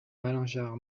malingear